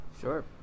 Sure